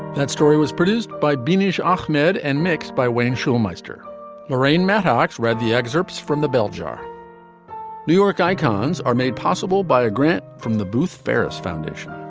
that story was produced by beamish ahmed and mixed by wayne shaw meister lorraine mattox read the excerpts from the bell jar new york icons are made possible by a grant from the booth ferris foundation.